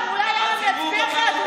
אולי העם,